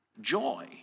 joy